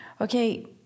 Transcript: okay